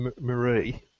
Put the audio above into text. Marie